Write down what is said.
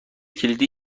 کلیدی